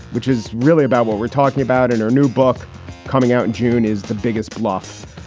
which is really about what we're talking about in her new book coming out. june is the biggest bluff.